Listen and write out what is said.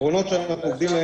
עקרונות שעל פיהם אנחנו עומדים,